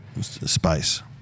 space